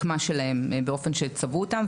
שלהם באופן שצבעו אותם,